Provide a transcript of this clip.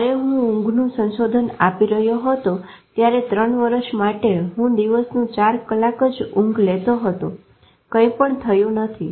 જયારે હું ઊંઘનું સંશોધન આપી રહ્યો હતો ત્યારે 3 વર્ષ માટે હું દિવસનું 4 કલાક જ ઊંઘ લેતો હતો કંઈપણ થયું નથી